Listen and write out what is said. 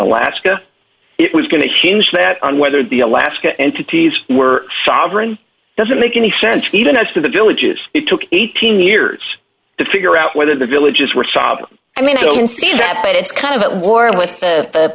alaska it was going to hinge that on whether the alaska entities were sovereign doesn't make any sense even as to the villages it took eighteen years to figure out whether the villages were sob i mean i don't see that but it's kind of at war with the